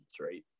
Right